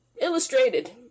illustrated